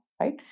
right